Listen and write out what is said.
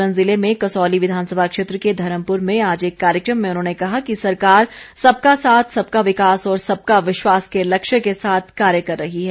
सोलन जिले में कसौली विधानसभा क्षेत्र के धर्मपुर में आज एक कार्यक्रम में उन्होंने कहा कि सरकार सबका साथ सबका विकास और सबका विश्वास के लक्ष्य के साथ कार्य कर रही है